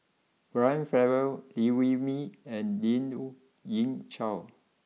Brian Farrell Liew Wee Mee and Lien Ying Chow